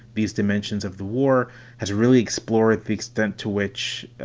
these dimensions of the war has really explored the extent to which